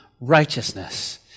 Righteousness